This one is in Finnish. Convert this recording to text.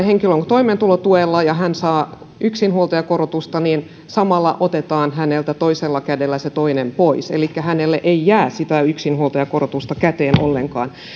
henkilö on toimeentulotuella ja hän saa yksinhuoltajakorotusta niin samalla otetaan häneltä toisella kädellä se toinen pois elikkä hänelle ei jää sitä yksinhuoltajakorotusta käteen ollenkaan